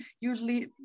Usually